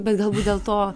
bet galbūt dėl to